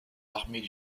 armées